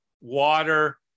water